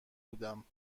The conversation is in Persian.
بودم